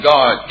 God